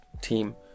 team